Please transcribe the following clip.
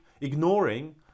ignoring